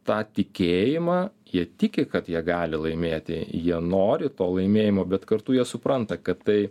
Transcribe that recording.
tą tikėjimą jie tiki kad jie gali laimėti jie nori to laimėjimo bet kartu jie supranta kad tai